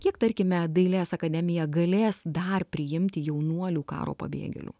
kiek tarkime dailės akademija galės dar priimti jaunuolių karo pabėgėlių